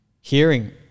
hearing